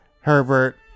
Herbert